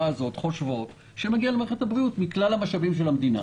הזאת חושבות שמגיע למערכת הבריאות מכלל המשאבים של המדינה.